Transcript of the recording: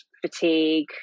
fatigue